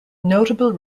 notable